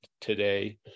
today